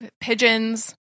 pigeons